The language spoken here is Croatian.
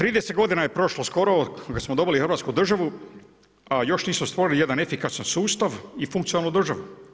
30 godina je prošlo skoro od kada smo dobili Hrvatsku državu, a još nismo stvorili jedan efikasan sustav i funkcionalnu državu.